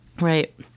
Right